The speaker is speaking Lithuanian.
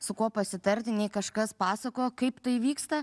su kuo pasitarti nei kažkas pasakojo kaip tai vyksta